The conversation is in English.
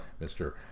Mr